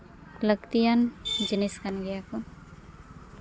ᱞᱟᱹᱠᱛᱤᱭᱟᱱ ᱡᱤᱱᱤᱥ ᱠᱟᱱ ᱜᱮᱭᱟ ᱠᱚ